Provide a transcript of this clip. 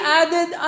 added